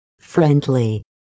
Friendly